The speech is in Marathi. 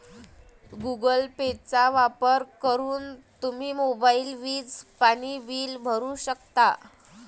गुगल पेचा वापर करून तुम्ही मोबाईल, वीज, पाणी बिल भरू शकता